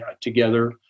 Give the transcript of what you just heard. together